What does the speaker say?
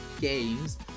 games